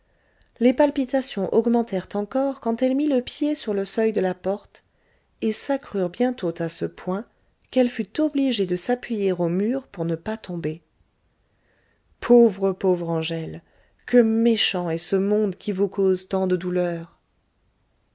les palpitations augmentèrent encore quand elle mit le pied sur le seuil de la porte et s'accrurent bientôt à ce point qu'elle fut obligée de s'appuyer au mur pour ne pas tomber pauvre pauvre angèle que méchant est ce monde qui vous cause tant de douleurs